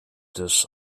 des